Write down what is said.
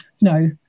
no